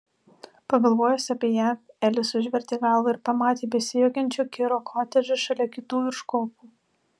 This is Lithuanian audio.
pagalvojęs apie ją elis užvertė galvą ir pamatė besijuokiančio kiro kotedžą šalia kitų virš kopų